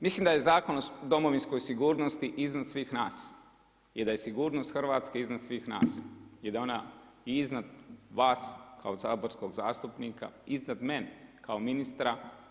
Mislim da je Zakon o domovinskoj sigurnosti iznad svih nas i da je sigurnost Hrvatske iznad svih nas i da je ona i iznad vas kao saborskog zastupnika i iznad mene kao ministra.